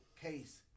case